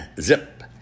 Zip